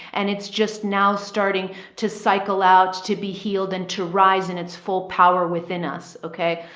and it's just now starting to cycle out to be healed and to rise in its full power within us. okay?